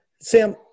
Sam